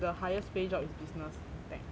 the highest pay job is business and tech